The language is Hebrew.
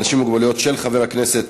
להכנה לקריאה ראשונה,